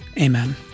Amen